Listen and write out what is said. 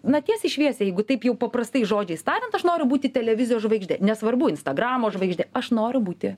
na tiesiai šviesiai jeigu taip jau paprastais žodžiais tariant aš noriu būti televizijos žvaigždė nesvarbu instagramo žvaigždė aš noriu būti